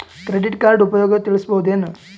Credit card ಉಪಯೋಗ ತಿಳಸಬಹುದೇನು?